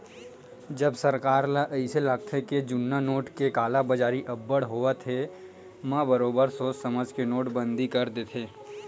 जब सरकार ल अइसे लागथे के जुन्ना नोट के कालाबजारी अब्बड़ होवत हे म बरोबर सोच समझ के नोटबंदी कर देथे